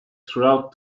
throughout